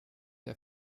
der